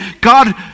God